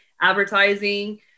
advertising